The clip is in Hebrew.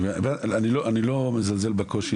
אני לרגע לא מזלזל בקושי,